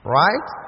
right